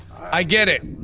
i get it.